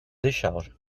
décharges